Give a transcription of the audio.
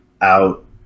out